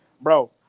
Bro